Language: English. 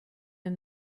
him